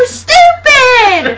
stupid